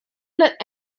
let